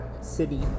city